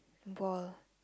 wall